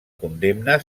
condemna